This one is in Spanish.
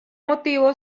motivo